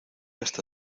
hasta